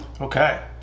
okay